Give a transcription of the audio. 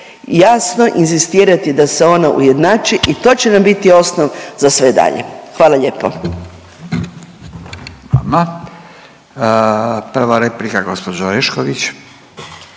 Jasno inzistirati da se ona ujednači i to će nam biti osnov za sve dalje. Hvala lijepo. **Radin, Furio